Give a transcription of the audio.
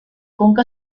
conca